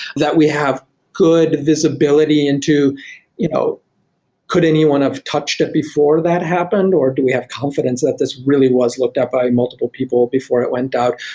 that we have good visibility into you know could anyone have touched it before that happened or do we have confidence that this really was looked up by multiple people before it went out,